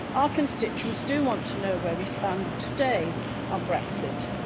our constituents do want to know where we stand today on brexit.